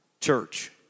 church